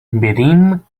venim